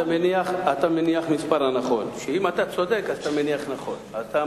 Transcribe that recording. אתה מניח כמה הנחות, שאם אתה צודק, אתה מניח נכון.